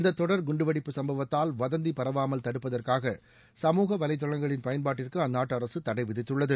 இந்த தொடர் குண்டுவெடிப்பு சும்பவத்தால் வதந்தி பரவாமல் தடுப்பதற்காக சமூக வலைதளங்களின் பயன்பாட்டிற்கு அந்நாட்டு அரசு தடை விதித்துள்ளது